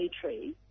tree